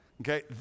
okay